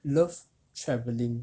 love travelling